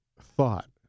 thought